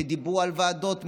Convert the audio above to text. שדיברו על ועדות,